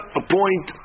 appoint